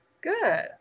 good